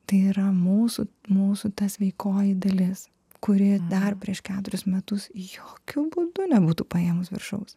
tai yra mūsų mūsų sveikoji dalis kurioje dar prieš keturis metus jokiu būdu nebūtų paėmus viršaus